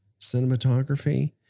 cinematography